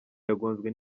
yagonzwe